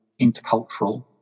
intercultural